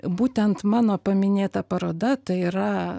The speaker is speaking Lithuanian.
būtent mano paminėta paroda tai yra